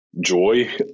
Joy